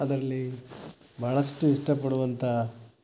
ಅದ್ರಲ್ಲಿ ಬಹಳಷ್ಟು ಇಷ್ಟಪಡುವಂಥ